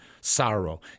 sorrow